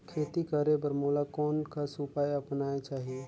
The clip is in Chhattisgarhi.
खेती करे बर मोला कोन कस उपाय अपनाये चाही?